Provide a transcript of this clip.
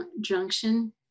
Junction